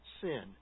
sin